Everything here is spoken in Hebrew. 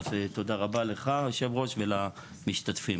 תודה רבה, לך היושב-ראש ולמשתתפים.